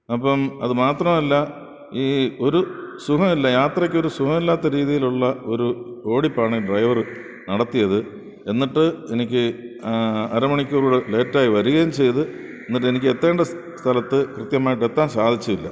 അപ്പം അതുമാത്രമല്ല ഈ ഒരു സുഖ ഇല്ല യാത്രയ്ക്ക് ഒരു സുഖം ഇല്ലാത്ത രീതിയിലുള്ള ഒരു ഓടിപ്പാണ് ഡ്രൈവർ നടത്തിയത് എന്നിട്ട് എനിക്ക് അരമണിക്കൂറൂടെ ലേറ്റായി വരികയും ചെയ്തു എന്നിട്ട് എനിക്ക് എത്തേണ്ട സ് സ്ഥലത്ത് കൃത്യമായിട്ട് എത്താൻ സാധിച്ചില്ല